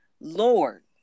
Lord